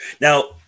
Now –